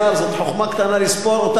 זאת חוכמה קטנה לספור אותנו,